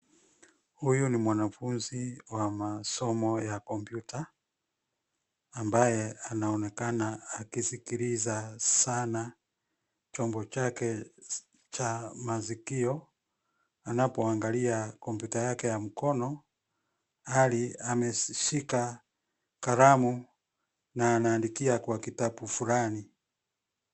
Huyu ni mwanafunzi wa masomo ya kompyuta ambaye anaonekana akisikiliza sana chombo chake cha maskio anapoangalia kompyuta yake ya mkono, hali ameshika kalamu na anaandikia kwa kitabu flani.